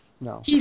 No